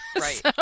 Right